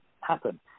happen